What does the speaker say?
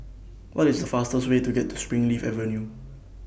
What IS The fastest Way to Springleaf Avenue